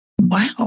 Wow